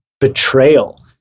betrayal